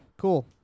cool